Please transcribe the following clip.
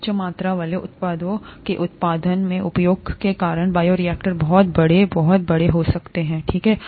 उच्च मात्रा वाले उत्पादों के उत्पादन में उपयोग के कारण बायोरिएक्टर बहुत बड़े बहुत बड़े हो सकते हैं ठीक है